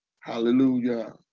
Hallelujah